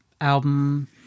album